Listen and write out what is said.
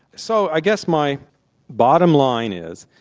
so i guess my bottom line is,